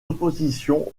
opposition